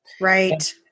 Right